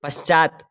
पश्चात्